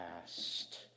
past